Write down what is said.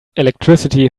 electricity